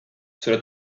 cela